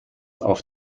auf